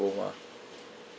mah